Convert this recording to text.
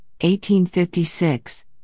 1856